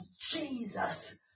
Jesus